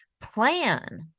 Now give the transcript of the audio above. plan